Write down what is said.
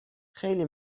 خیلی